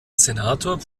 senator